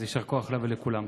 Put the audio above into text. אז יישר כוח לה ולכולם.